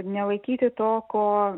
nelaikyti to ko